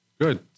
Good